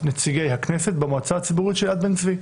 נציגי הכנסת במועצה הציבורית של יד בן-צבי,